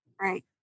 right